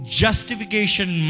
justification